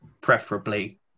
preferably